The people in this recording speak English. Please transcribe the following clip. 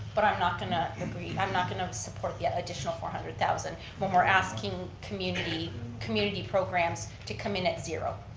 but i'm not going to agree, i'm not going to support yet additional four hundred thousand when we're asking community community programs to come in at zero.